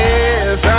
Yes